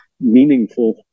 meaningful